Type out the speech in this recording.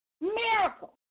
miracle